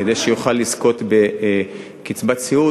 כדי שיוכל לזכות בקצבת סיעוד.